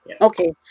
Okay